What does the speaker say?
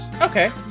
okay